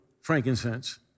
frankincense